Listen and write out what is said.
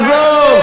עזוב.